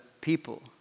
people